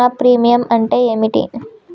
నా ప్రీమియం అంటే ఏమిటి?